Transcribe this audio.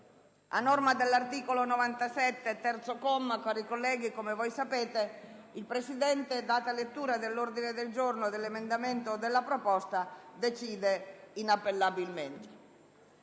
a norma dell'articolo 97, comma 3, cari colleghi, come voi sapete, il Presidente, data lettura dell'ordine del giorno, dell'emendamento o della proposta, decide inappellabilmente.